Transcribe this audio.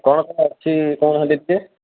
କ'ଣ କ'ଣ ଅଛି କହୁନାହାନ୍ତି ଟିକିଏ